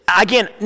Again